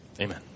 Amen